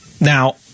Now